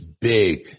big